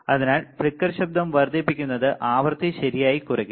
അതിനാൽ ഫ്ലിക്കർ ശബ്ദം വർദ്ധിപ്പിക്കുന്നത് ആവൃത്തി ശരിയായി കുറയുന്നു